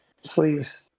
sleeves